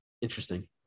Interesting